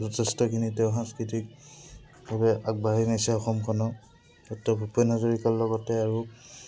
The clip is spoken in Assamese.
যথেষ্টখিনি তেওঁ সাংস্কৃতিকভাৱে আগবাঢ়াই নিছে অসমখনক ডক্তৰ ভূপন হাজৰিকাৰ লগতে আৰু